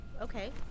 Okay